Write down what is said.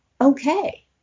okay